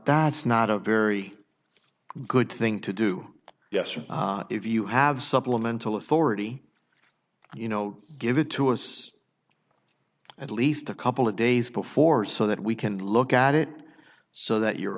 that's not a very good thing to do yes or if you have supplemental authority you know give it to us at least a couple of days before so that we can look at it so that your